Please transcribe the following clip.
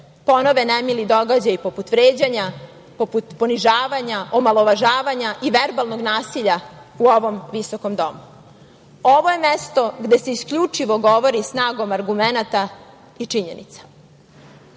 ponovo nemili događaji poput vređanja, poput ponižavanja, omalovažavanja i verbalnog nasilja u ovom visokom domu. Ovo je mesto gde se isključivo govori snagom argumenata i